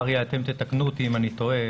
אתם תקנו אותי אם אני טועה